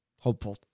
hopeful